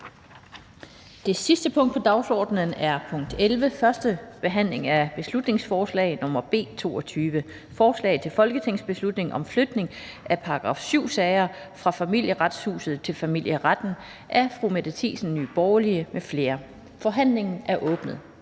Det sidste punkt på dagsordenen er: 11) 1. behandling af beslutningsforslag nr. B 22: Forslag til folketingsbeslutning om flytning af § 7-sager fra Familieretshuset til familieretten. Af Mette Thiesen (NB) m.fl. (Fremsættelse